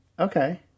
Okay